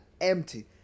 empty